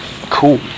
cool